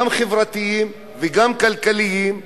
גם חברתיים וגם כלכליים,